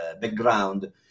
background